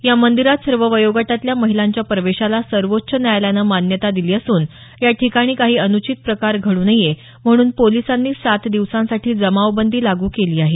या मंदिरात सर्व वयोगटातल्या महिलांच्या प्रवेशाला सर्वोच्च न्यायालयानं मान्यता दिली असून याठिकाणी काही अनुचित प्रकार घडू नये म्हणून पोलिसांनी सात दिवसांसाठी जमावबंदी लागू केली आहे